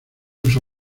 uso